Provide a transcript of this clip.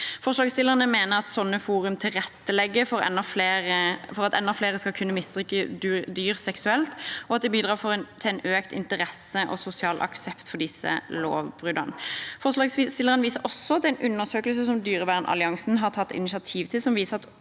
Forslagsstillerne mener at sånne forum tilrettelegger for at enda flere skal kunne misbruke dyr seksuelt, og at de bidrar til økt interesse og sosial aksept for disse lovbruddene. Forslagsstillerne viser også til en undersøkel se som Dyrevernalliansen har tatt initiativ til,